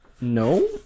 No